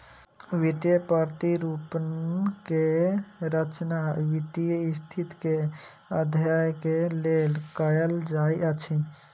वित्तीय प्रतिरूपण के रचना वित्तीय स्थिति के अध्ययन के लेल कयल जाइत अछि